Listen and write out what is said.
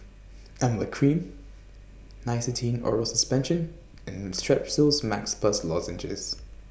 Emla Cream Nystatin Oral Suspension and Strepsils Max Plus Lozenges